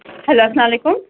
hello اسلام علیکُم